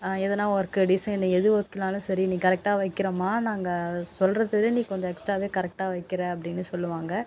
எதனா work design எது ஒர்க்னாலும் சரி நீ கரெக்ட்டாக வைக்கிறம்மா நாங்கள் சொல்றதை விட நீ கொஞ்சம் எக்ஸ்ட்ராவே கரெக்ட்டாக வைக்கிற அப்படின்னு சொல்லுவாங்க